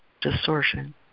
distortion